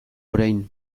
orain